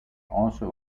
also